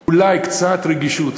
אולי, קצת רגישות.